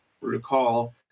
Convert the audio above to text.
recall